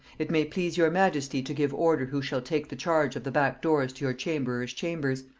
it may please your majesty to give order who shall take the charge of the back doors to your chamberers chambers,